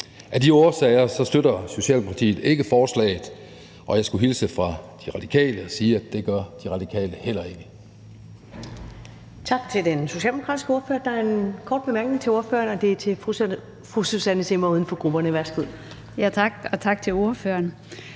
Af de årsager støtter Socialdemokratiet ikke forslaget, og jeg skulle hilse fra De Radikale og sige, at det gør De Radikale heller ikke.